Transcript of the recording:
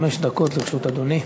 חמש דקות לרשות אדוני.